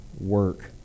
work